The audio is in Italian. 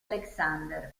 alexander